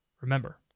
Remember